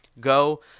go